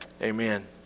Amen